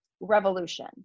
Revolution